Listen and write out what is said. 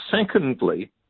secondly